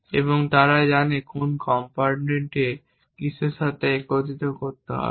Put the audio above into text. এবং তারা জানে কোন কম্পোনেন্টকে কিসের সাথে একত্রিত করতে হবে